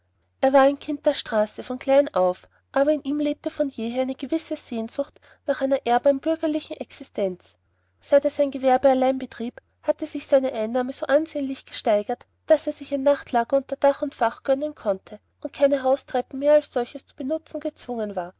er war ein kind der straße von klein auf aber in ihm lebte von jeher eine gewisse sehnsucht nach einer ehrbaren bürgerlichen existenz seit er sein gewerbe allein betrieb hatte sich seine einnahme so ansehnlich gesteigert daß er sich ein nachtlager unter dach und fach gönnen konnte und keine haustreppen mehr als solches zu benutzen gezwungen war